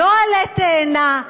לא עלה תאנה,